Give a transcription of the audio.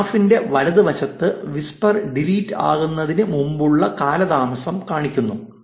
ഗ്രാഫിന്റെ വലതുവശത്ത് whisper delete ആകുന്നതിനു മുൻപുള്ള കാലതാമസം കാണിക്കുന്നു